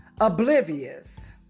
oblivious